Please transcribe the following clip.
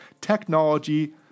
technology